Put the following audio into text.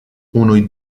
unui